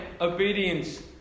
obedience